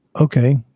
okay